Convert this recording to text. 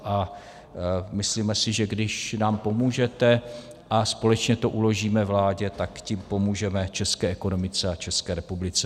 A myslíme si, že když nám pomůžete a společně to uložíme vládě, tak tím pomůžeme české ekonomice a České republice.